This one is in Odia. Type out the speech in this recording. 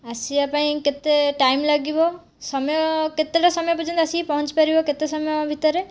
ଆସିବା ପାଇଁ କେତେ ଟାଇମ୍ ଲାଗିବ ସମୟ କେତେଟା ସମୟ ପର୍ଯ୍ୟନ୍ତ ଆସିକି ପହଞ୍ଚି ପାରିବ କେତେ ସମୟ ଭିତରେ